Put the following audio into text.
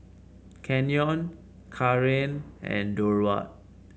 Canyon Kaaren and Durward